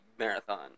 Marathon